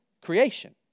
creation